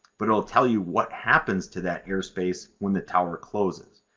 but it'll tell you what happens to that airspace when the tower closes.